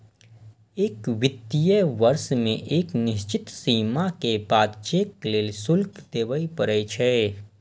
एक वित्तीय वर्ष मे एक निश्चित सीमा के बाद चेक लेल शुल्क देबय पड़ै छै